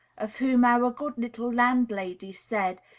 of whom our good little landlady said,